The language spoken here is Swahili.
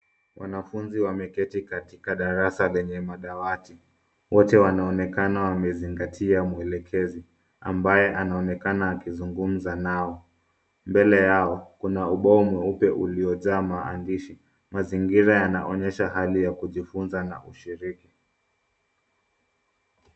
Wanafunzi wameketi katika darasa lenye madawati. Wote wanaonekana wamezingatia mwelekezi ambaye anaonekana akizungumza nao. Mbele Yao Kuna ubao mweupe uliyojaa maandishi. Mazingira yanaonyesha hali ya kujifunza na ushiriki.